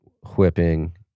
whipping